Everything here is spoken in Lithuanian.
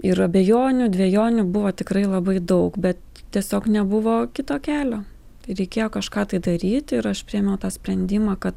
ir abejonių dvejonių buvo tikrai labai daug bet tiesiog nebuvo kito kelio reikėjo kažką tai daryt ir aš priėmiau tą sprendimą kad